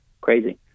crazy